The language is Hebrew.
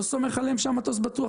לא סומך עליהם שהמטוס בטוח?